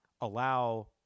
allow